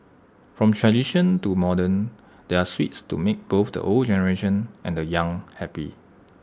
from tradition to modern there are sweets to make both the old generation and the young happy